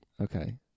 Okay